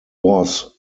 was